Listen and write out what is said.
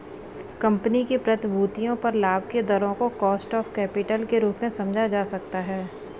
company की प्रतिभूतियों पर लाभ के दर को कॉस्ट ऑफ कैपिटल के रूप में समझा जा सकता है